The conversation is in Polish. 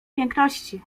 piękności